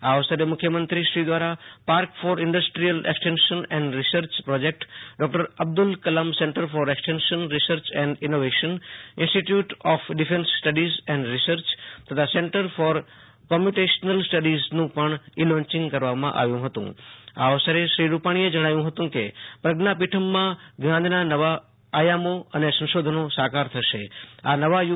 આ અવસરે મુખ્યમંત્રીશ્રી દ્વારા park for industrial extension and research project doctor Abdul Kalam centre for extension research and innovation institute of defence studies and research તથા centre for computational સ્ટડીઝનું પણ છલોન્ચિંગ કરવામાં આવ્યું હતું આ અવસરે શ્રી રૂપાણીએ જણાવ્યુ હતું કે પ્રજ્ઞા પીઠમ્ માં જ્ઞાનના નવા આયામી અને સંશોધન્નો સાકાર થશે આ નવા યુ